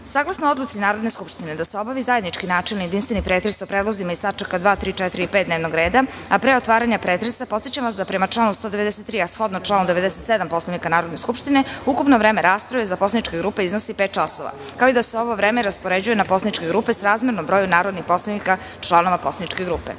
uprave. Saglasno odluci Narodne skupštine da se obavi zajednički načelni jedinstveni pretres sa predlozima iz tačaka 2, 3, 4. i 5. dnevnog rada. Pre otvaranja pretresa, podsećam vas da prema članu 193. a shodno članu 97. Poslovnika Narodne skupštine, ukupno vreme rasprave za poslaničke grupe iznosi pet časova, kao i da se ovo vreme raspoređuje na poslaničke grupe srazmerno broju narodnih poslanika članova poslaničke